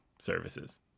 services